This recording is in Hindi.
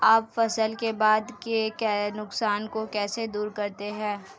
आप फसल के बाद के नुकसान को कैसे दूर करते हैं?